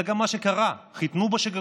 זה גם מה שקרה, חיתנו בשגרירויות,